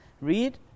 Read